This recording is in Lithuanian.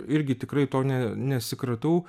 irgi tikrai to ne nesikratau